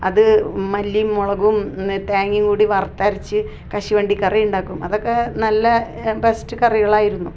അത് മല്ലിയും മുളകും തേങ്ങയും കൂടി വറുത്തരച്ച് കശുവണ്ടി കറിയുണ്ടാക്കും അതൊക്കെ നല്ല ബെസ്റ്റ് കറികളായിരുന്നു